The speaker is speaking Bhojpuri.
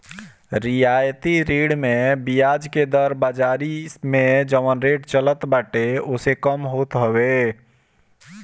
रियायती ऋण में बियाज के दर बाजारी में जवन रेट चलत बाटे ओसे कम होत हवे